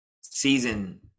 season